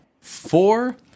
four